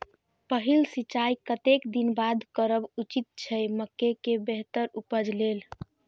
पहिल सिंचाई कतेक दिन बाद करब उचित छे मके के बेहतर उपज लेल?